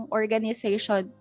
organization